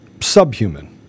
subhuman